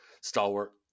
Stalwart